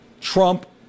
Trump